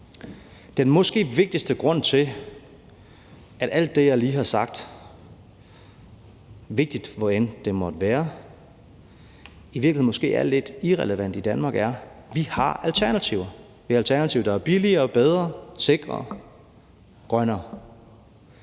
Den måske vigtigste grund til, at alt det, jeg lige har sagt – hvor vigtigt det end måtte være – i virkeligheden måske er lidt irrelevant i Danmark, er, at vi har alternativer. Vi har alternativer, der er billigere og bedre, sikrere, grønnere.